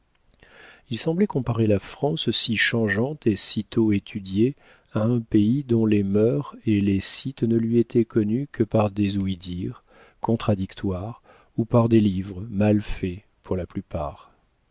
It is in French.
il semblait comparer la france si changeante et sitôt étudiée à un pays dont les mœurs et les sites ne lui étaient connus que par des ouï-dire contradictoires ou par des livres pour la plupart